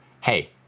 hey